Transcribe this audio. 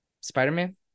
Spider-Man